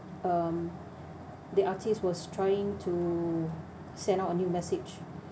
um the artist was trying to send out a new message